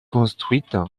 construite